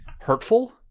hurtful